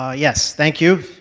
ah yes. thank you.